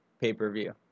pay-per-view